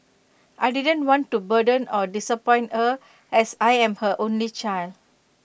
I didn't want to burden or disappoint her as I'm her only child